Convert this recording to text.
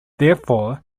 therefore